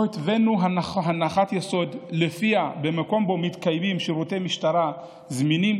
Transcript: התווינו הנחת יסוד שלפיה במקום שבו מתקיימים שירותי משטרה זמינים,